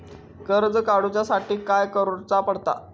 कर्ज काडूच्या साठी काय करुचा पडता?